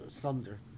thunder